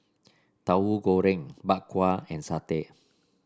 Tahu Goreng Bak Kwa and satay